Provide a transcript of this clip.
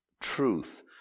truth